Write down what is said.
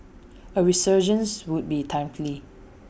A resurgence would be timely